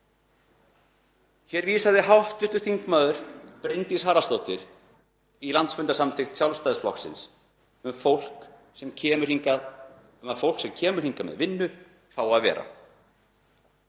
Hér vísaði hv. þm. Bryndís Haraldsdóttir í landsfundarsamþykkt Sjálfstæðisflokksins um að fólk sem kemur hingað með vinnu fái að vera.